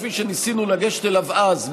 כפי שניסינו לגשת אליו אז,